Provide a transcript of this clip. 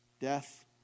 Death